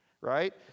right